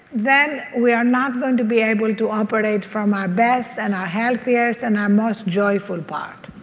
then we are not going to be able to operate from our best and our healthiest and our most joyful part